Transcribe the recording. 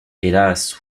hélas